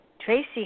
Tracy